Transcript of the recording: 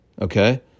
Okay